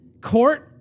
court